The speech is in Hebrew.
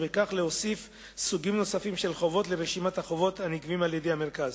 ובכך להוסיף סוגים נוספים של חובות לרשימת החובות הנגבים על-ידי המרכז.